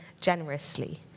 generously